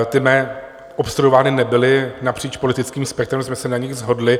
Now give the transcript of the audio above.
Ty mé obstruovány nebyly, napříč politickým spektrem jsme se na nich shodli.